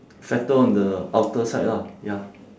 fatter on the outer side lah ya